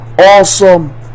awesome